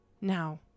Now